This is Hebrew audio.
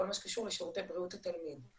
כל מה שקשור לשירותי בריאות התלמיד.